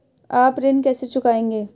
आप ऋण कैसे चुकाएंगे?